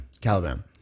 Caliban